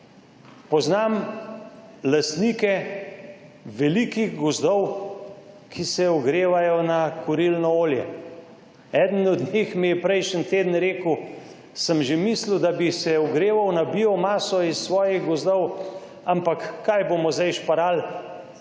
Poznam lastnike velikih gozdov, ki se ogrevajo na kurilno olje. Eden od njih mi je prejšnji teden rekel: »Sem že mislil, da bi se ogreval na biomaso iz svojih gozdov, ampak kaj bomo zdaj šparali,